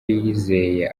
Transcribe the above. yiyizeye